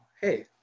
hey